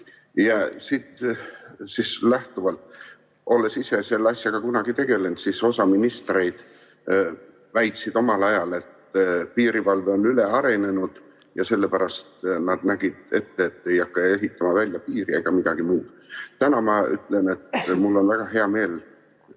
valdkondadega. Olen ise selle asjaga kunagi tegelenud. Osa ministreid väitsid omal ajal, et piirivalve on ülearenenud, ja sellepärast nad nägid ette, et ei hakka ehitama välja piiri ega midagi muud. Täna mul on väga hea meel